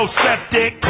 septic